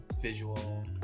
visual